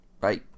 Bye